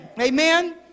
Amen